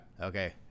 Okay